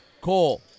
Cole